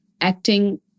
acting